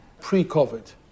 pre-COVID